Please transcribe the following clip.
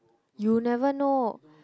you'll never know